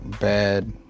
bad